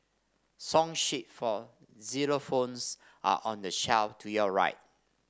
song sheet for xylophones are on the shelf to your right